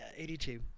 82